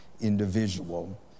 individual